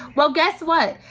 well guess what?